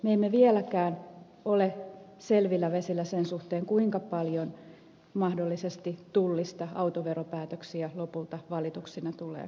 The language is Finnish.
me emme vieläkään ole selvillä vesillä sen suhteen kuinka paljon mahdollisesti tullista autoveropäätöksiä lopulta valituksina tulee hallinto oikeuksiin